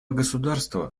государства